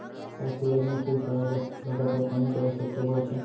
का सूरजमुखी उगाए बर लगातार पानी के आवश्यकता भरथे?